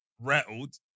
rattled